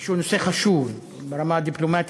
שהוא נושא חשוב ברמה הדיפלומטית,